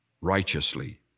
righteously